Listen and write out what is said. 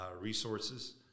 resources